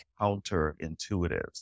counterintuitive